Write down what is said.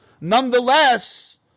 nonetheless